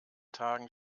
tagen